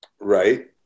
Right